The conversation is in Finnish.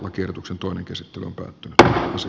oikeutuksen tuon käsittelee tänään se